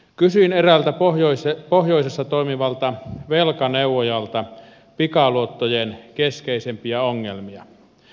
kysyin eräältä pohjoisessa toimivalta velkaneuvojalta pikaluottojen keskeisimpiä ongelmia